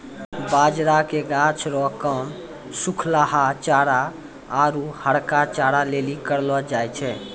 बाजरा के गाछ रो काम सुखलहा चारा आरु हरका चारा लेली करलौ जाय छै